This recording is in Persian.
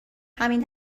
همین